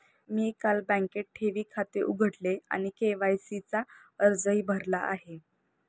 मी काल बँकेत ठेवी खाते उघडले आणि के.वाय.सी चा अर्जही भरला आहे